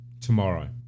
tomorrow